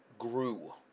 Grew